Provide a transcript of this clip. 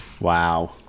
Wow